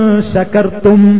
Sakartum